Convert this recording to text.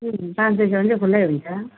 पाँच बजीसम्म चाहिँ खुला हुन्छ